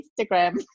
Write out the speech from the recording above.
instagram